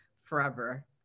forever